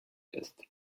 ist